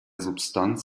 substanz